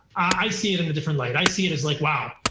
i see it in a different light. i see it as like, wow,